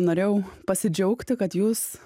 norėjau pasidžiaugti kad jūs